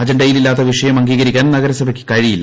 അജണ്ടയിൽ ഇല്ലാത്ത വിഷയം അംഗീക്രിക്കാൻ നഗരസഭയ്ക്ക് കഴിയില്ല